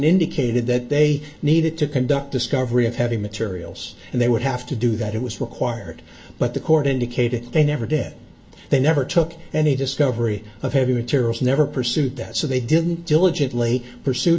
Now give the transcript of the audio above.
indicated that they needed to conduct discovery of having materials and they would have to do that it was required but the court indicated they never did it they never took any discovery of heavy materials never pursued that so they didn't diligently pursue